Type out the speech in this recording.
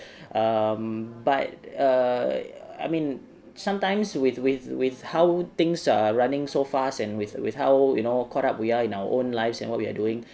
um but err I mean sometimes with with with how things are running so fast and with with how you know caught up we are in our own lives and what we are doing